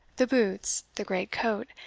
the boots, the great-coat,